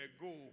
Go